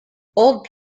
old